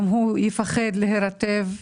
הוא יפחד להירטב?